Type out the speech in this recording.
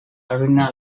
arena